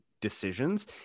decisions